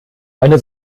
eine